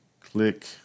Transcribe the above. click